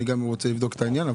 אני גם רוצה לבדוק את העניין.